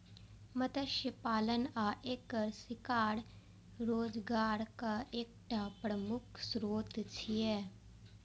मत्स्य पालन आ एकर शिकार रोजगारक एकटा प्रमुख स्रोत छियै